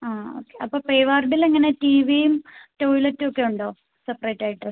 ആ അപ്പോൾ പേ വാർഡിൽ എങ്ങനെയാണ് ടിവിയും ടോയ്ലറ്റ് ഒക്കെ ഉണ്ടോ സെപ്പറേറ്റ് ആയിട്ട്